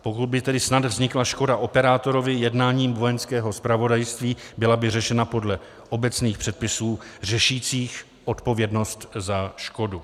Pokud by tedy snad vznikla škoda operátorovi jednáním Vojenského zpravodajství, byla by řešena podle obecných předpisů řešících odpovědnost za škodu.